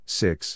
six